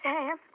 Sam